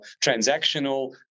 transactional